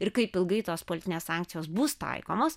ir kaip ilgai tos politinės sankcijos bus taikomos